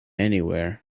anywhere